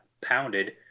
pounded